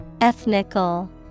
Ethnical